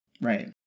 Right